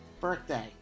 birthday